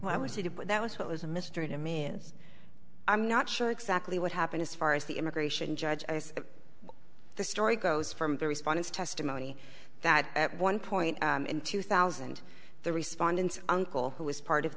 but that was what was a mystery to me is i'm not sure exactly what happened as far as the immigration judge as the story goes from the response testimony that at one point in two thousand the respondents uncle who was part of